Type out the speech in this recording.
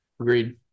Agreed